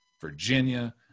Virginia